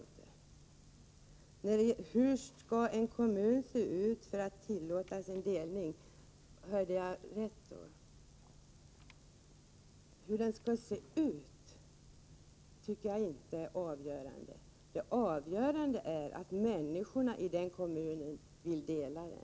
Hur skall en kommun se ut för att en delning skall vara tillåten, frågade Birger Hagård. Hur den ser ut är inte avgörande. Det avgörande är om människorna i kommunen vill dela den.